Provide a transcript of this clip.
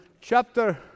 chapter